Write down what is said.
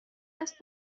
است